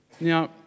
Now